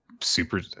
Super